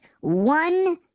one